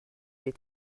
est